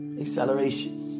acceleration